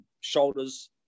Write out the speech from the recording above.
shoulders